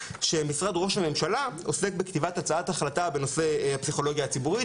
שמשרד ראש הממשלה עוסק בכתיבת הצעת החלטה בנושא הפסיכולוגיה הציבורית,